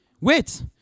Wait